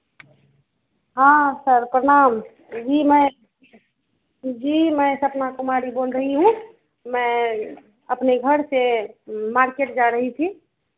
हाँ सर प्रणाम जी मैं जी मैं सपना कुमारी बोल रही हूँ मैं अपने घर से मार्केट जा रही थी